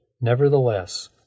Nevertheless